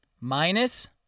Minus